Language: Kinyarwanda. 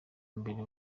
mbere